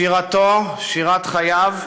שירתו, שירת חייו,